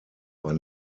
war